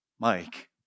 Mike